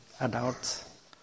adults